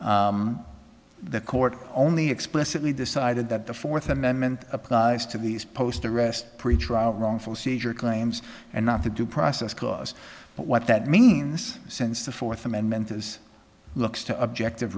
or the court only explicitly decided that the fourth amendment applies to these post arrest pretrial wrongful seizure claims and not the due process clause but what that means since the fourth amendment is looks to objective